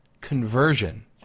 conversion